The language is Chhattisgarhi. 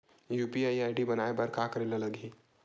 यू.पी.आई आई.डी बनाये बर का करे ल लगही?